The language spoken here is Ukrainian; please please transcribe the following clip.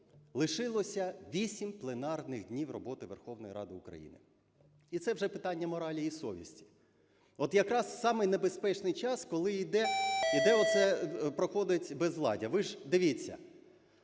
лишилося 8 пленарних днів роботи Верховної Ради України. І це вже питання моралі і совісті. От якраз саме небезпечний час, коли іде оце, проходить безвладдя. Ви ж дивіться,